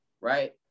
right